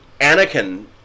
Anakin